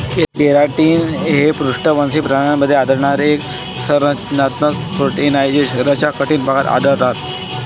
keratin हे पृष्ठवंशी प्राण्यांमध्ये आढळणारे एक संरचनात्मक प्रोटीन आहे जे शरीराच्या कठीण भागात आढळतात